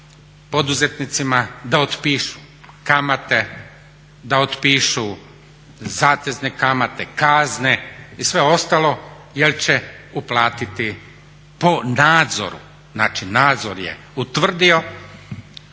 poduzetnicima da otpišu kamate, da otpišu zatezna kamate, kazne i sve ostalo jel će uplatiti po nadzoru, znači nazor je utvrdio